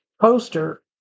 poster